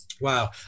wow